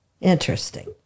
Interesting